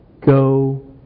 Go